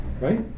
Right